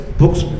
books